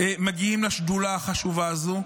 מגיעים לשדולה החשובה הזאת.